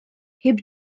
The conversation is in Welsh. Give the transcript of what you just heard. heb